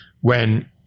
when-